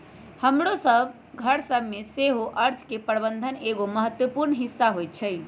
हमरो घर सभ में सेहो अर्थ के प्रबंधन एगो महत्वपूर्ण हिस्सा होइ छइ